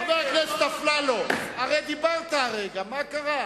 חבר הכנסת אפללו, הרי דיברת הרגע, מה קרה?